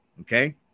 okay